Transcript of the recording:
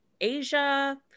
Asia